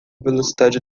velocidade